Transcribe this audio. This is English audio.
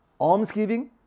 almsgiving